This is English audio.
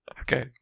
Okay